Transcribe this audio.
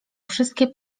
wszystkie